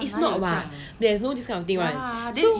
it's not bah there is no this kind of thing right so